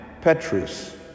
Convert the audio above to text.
Petrus